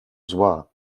zła